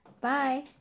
bye